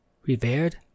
Revered